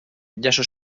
jaso